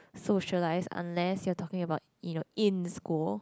socialise unless you're talking about you know in school